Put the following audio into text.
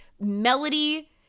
Melody